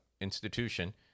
institution